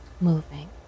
moving